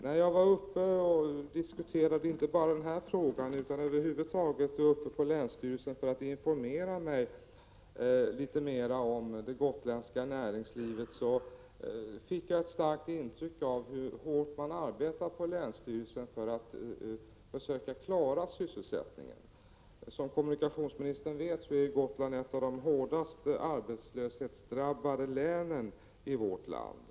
När jag var uppe på länsstyrelsen, inte bara för att diskutera den här frågan utan för att informera mig litet mer om det gotländska näringslivet, fick jag ett starkt intryck av att man arbetar hårt på länsstyrelsen för att försöka klara sysselsättningen. Som kommunikationsministern vet är Gotland ett av de hårdast arbetslöshetsdrabbade länen i vårt land.